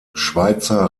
schweizer